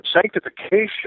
sanctification